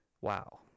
Wow